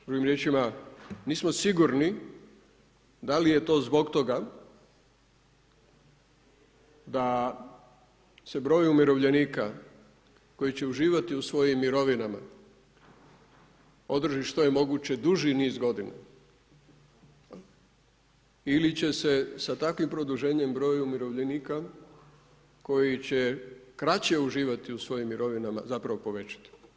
Drugim riječima nismo sigurni da li je to zbog toga da se broj umirovljenika koji će uživati u svojim mirovinama održi što je moguće duži niz godina, ili će se sa takvim produženjem broj umirovljenika koji će kraće uživati u svojim mirovinama zapravo povećati.